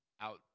out